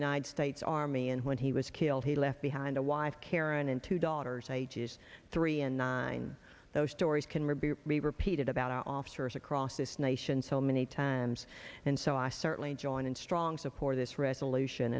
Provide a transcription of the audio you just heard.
united states army and when he was killed he left behind a wife karen and two daughters ages three and nine those stories can really be repeated about our officers across this nation so many times and so i certainly join in strong support this resolution